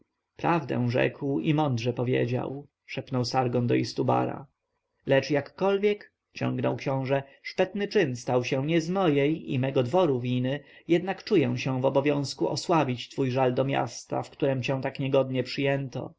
prawdę rzekł i mądrze powiedział szepnął sargon do istubara lecz jakkolwiek ciągnął książę szpetny czyn stał się nie z mojej i mego dworu winy jednak czuję się w obowiązku osłabić twój żal do miasta w którem cię tak niegodnie przyjęto